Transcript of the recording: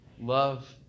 love